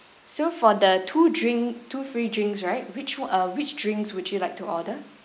so for the two drink two free drinks right which on~ uh which drinks would you like to order